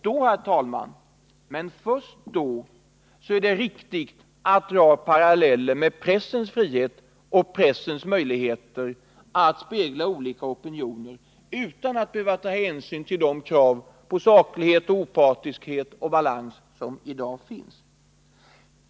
Då, men först då, är det riktigt att dra paralleller med pressens frihet och möjligheter att spegla olika opinioner utan att behöva ta hänsyn till de krav på saklighet, opartiskhet och balans som i dag finns.